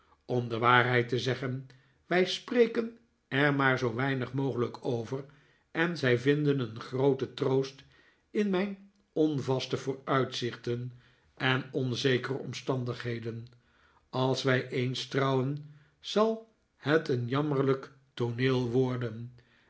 om de waarheid te zeggen wij spreken er maar zoo weinig mogelijk over en zij vinden een grooten troost in mijn onvaste vooruitzichten en onzekere omstandigheden als wij eens trouwen zal het een jammerlijk tooneel worden